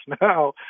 now